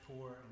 poor